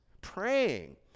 praying